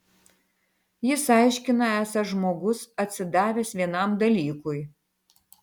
jis aiškina esąs žmogus atsidavęs vienam dalykui